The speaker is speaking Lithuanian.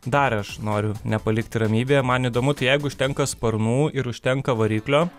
dar aš noriu nepalikti ramybėje man įdomu tai jeigu užtenka sparnų ir užtenka variklio